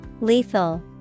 Lethal